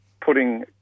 putting